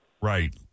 Right